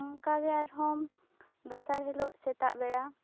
ᱚᱱᱠᱟ ᱜᱮ ᱟᱨᱦᱚᱸ ᱫᱚᱥᱟᱨ ᱦᱤᱞᱳᱜ ᱥᱮᱛᱟᱜ ᱵᱮᱲᱟ